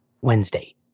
Wednesday